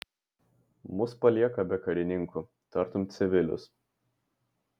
mus palieka be karininkų tartum civilius